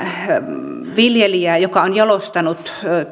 viljanviljelijä joka on jalostanut